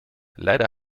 leider